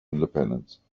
independence